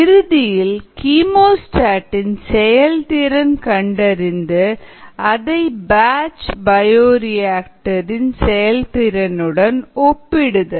இறுதியில் கீமோஸ்டாட் இன் செயல்திறன் கண்டறிந்து அதை பேட்ச் பயோரியாக்டர் இன் செயல்திறனுடன் ஒப்பிடுதல்